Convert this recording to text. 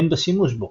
הן בשימוש בו,